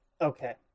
okay